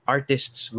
Artists